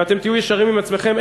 ואתם תהיו ישרים עם עצמכם,